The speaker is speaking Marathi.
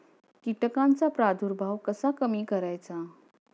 कीटकांचा प्रादुर्भाव कसा कमी करायचा?